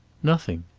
nothing.